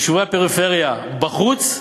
יישובי הפריפריה בחוץ,